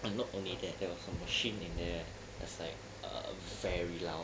but not only that there was a machine in there that's like err very loud